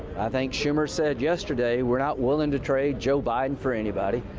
think schumer said yesterday we are not willing to trade joe biden for anybody.